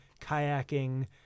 kayaking